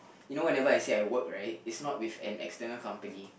you know whenever I say I work right it's not with an external company